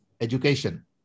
education